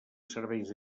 serveis